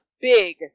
big